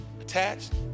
attached